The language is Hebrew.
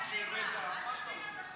בוועדת החוקה, חוק ומשפט של הכנסת.